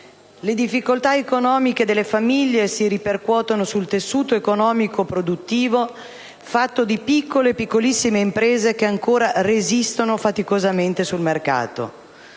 Le difficoltà economiche delle famiglie si ripercuotono sul tessuto economico-produttivo fatto di piccole e piccolissime imprese che ancora resistono faticosamente sul mercato.